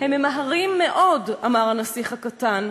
"הם ממהרים מאוד", אמר הנסיך הקטן.